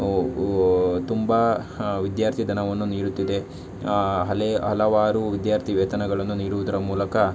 ತುಂಬ ಹಾಂ ವಿದ್ಯಾರ್ಥಿ ಧನವನ್ನು ನೀಡುತ್ತಿದೆ ಹಳೆ ಹಲವಾರು ವಿದ್ಯಾರ್ಥಿ ವೇತನಗಳನ್ನು ನೀಡುವುದರ ಮೂಲಕ